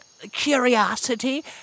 curiosity